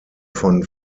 von